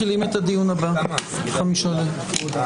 13:45.